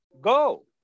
go